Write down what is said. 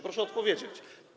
Proszę odpowiedzieć.